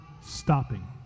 stopping